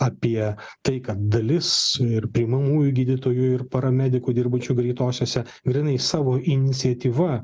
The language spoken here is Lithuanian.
apie tai kad dalis ir priimamųjų gydytojų ir paramedikų dirbančių greitosiose grynai savo iniciatyva